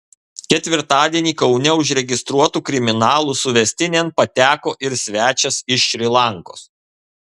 ketvirtadienį kaune užregistruotų kriminalų suvestinėn pateko ir svečias iš šri lankos